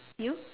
you